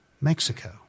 Mexico